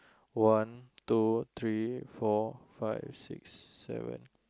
one two three four five six seven